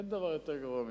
אין דבר יותר גרוע מזה.